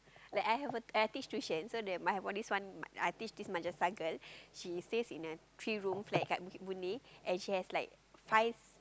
like I have a I teach tuition so they my all have this one I teach this madrasah girl she stays in a three room flat dekat bukit Boon-Lay and she has like five